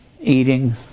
eating